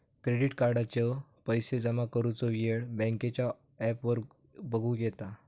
credit कार्डाचो पैशे जमा करुचो येळ बँकेच्या ॲपवर बगुक येता